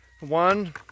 one